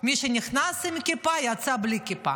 מי שנכנס עם כיפה, יצא בלי כיפה.